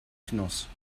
finances